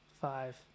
five